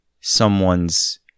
someone's